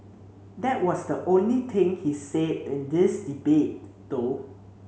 that was the only thing he's said in this debate though